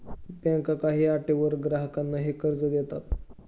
बँका काही अटींवर ग्राहकांना हे कर्ज देतात